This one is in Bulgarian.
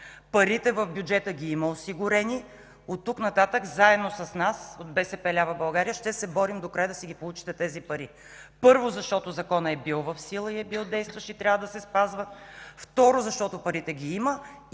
Парите в бюджета ги има осигурени. От тук нататък заедно с нас от БСП лява България ще се борим докрай да си получите тези пари. Първо, защото Законът е бил в сила, действащ и трябва да се спазва. Второ, защото парите ги има.